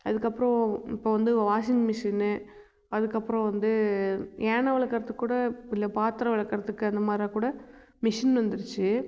அதுக்கப்றம் இப்போ வந்து வாஷின் மிஷினு அதுக்கப்றம் வந்து யானம் விளக்கறத்துக்கு கூட இந்த பாத்திரோம் விளக்கறத்துக்கு அந்த மாரி கூட மிஷின் வந்துடுச்சி